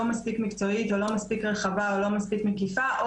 מספיק מקצועית או לא מספיק רחבה או לא מספיק מקיפה,